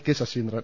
K Saseendran